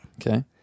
Okay